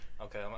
Okay